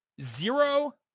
zero